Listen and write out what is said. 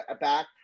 back